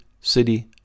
city